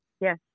Yes